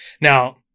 Now